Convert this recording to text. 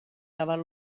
lavar